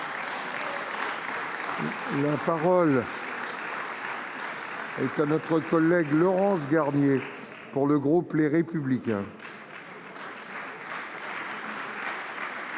La parole est à Mme Laurence Garnier, pour le groupe Les Républicains.